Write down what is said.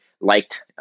liked